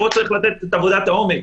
פה צריך לעשות עבודת עומק.